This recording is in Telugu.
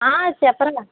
చెప్పరా